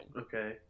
Okay